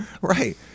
right